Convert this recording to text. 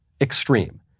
extreme